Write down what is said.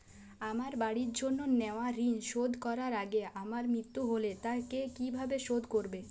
আমার বাড়ির জন্য নেওয়া ঋণ শোধ করার আগে আমার মৃত্যু হলে তা কে কিভাবে শোধ করবে?